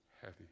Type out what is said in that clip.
heavy